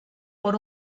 por